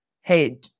hey